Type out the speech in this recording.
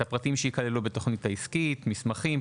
הפרטים שייכנסו בתכנית העסקית: מסמכים,